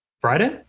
Friday